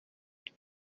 bye